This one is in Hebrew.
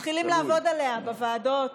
מתחילים לעבוד עליה בוועדות.